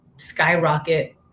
Skyrocket